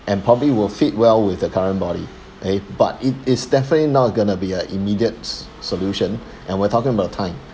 and probably will fit well with the current body okay but it is definitely not gonna be a immediate s~ solution and we're talking about time